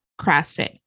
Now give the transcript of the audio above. CrossFit